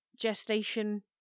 gestation